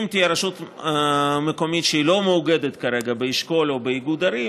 אם תהיה רשות מקומית שלא מאוגדת כרגע באשכול או באיגוד ערים,